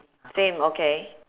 same okay